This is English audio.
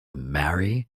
marry